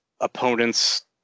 opponents